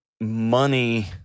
money